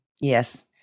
Yes